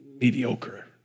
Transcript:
mediocre